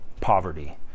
poverty